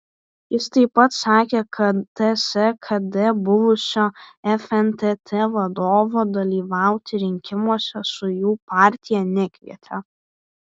jis taip pat sakė kad ts kd buvusio fntt vadovo dalyvauti rinkimuose su jų partija nekvietė